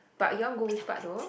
but your one go which part though